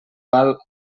alt